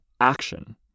action